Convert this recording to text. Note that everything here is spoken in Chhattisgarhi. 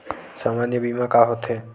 सामान्य बीमा का होथे?